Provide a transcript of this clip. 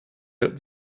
out